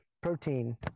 protein